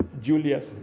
Julius